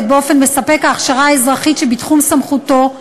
באופן מספק הכשרה אזרחית שבתחום סמכותו,